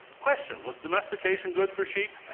question was domestication good for sheep?